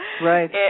Right